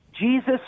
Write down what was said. Jesus